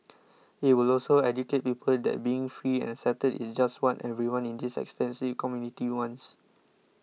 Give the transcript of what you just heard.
it will also educate people that being free and accepted is just what everyone in this extensive community wants